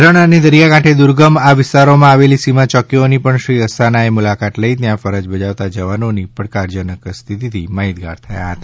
રણ અને દરિયા કાંઠે દુર્ગમ આ વિસ્તારોમાં આવેલી સીમા ચોકીઓની પણ શ્રી આસ્થાનાએ મુલાકાત લઈ ત્યાં ફરજ બજાવતા જવાનોની પડકારજનક સ્થિતિથી માહિતગાર થયા હતા